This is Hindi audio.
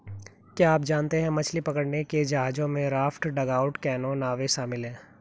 क्या आप जानते है मछली पकड़ने के जहाजों में राफ्ट, डगआउट कैनो, नावें शामिल है?